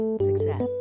Success